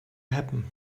happen